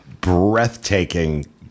breathtaking